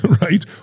right